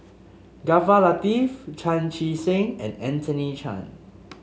Jaafar Latiff Chan Chee Seng and Anthony Chen